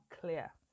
clear